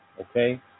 Okay